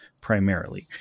primarily